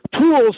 tools